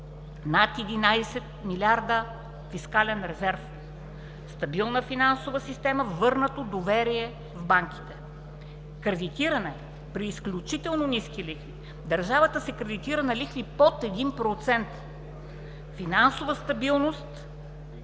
Над 11 милиарда фискален резерв. Стабилна финансова система, върнато доверие в банките. Кредитиране при изключително ниски лихви. Държавата се кредитира на лихви под 1%. Финансова стабилност,